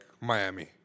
Miami